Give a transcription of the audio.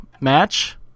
match